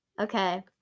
Okay